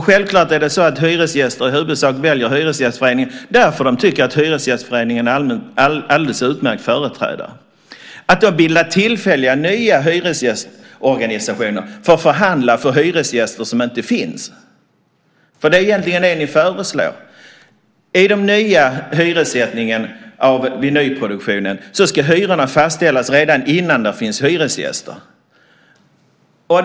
Självklart väljer hyresgäster i huvudsak Hyresgästföreningen därför att de tycker att Hyresgästföreningen är en alldeles utmärkt företrädare. Ni vill bilda tillfälliga nya hyresgästorganisationer för att förhandla för hyresgäster som inte finns. Det är ju egentligen det ni föreslår. För de nya hyreslägenheterna vid nyproduktion ska hyrorna fastställas redan innan det finns hyresgäster.